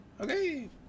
okay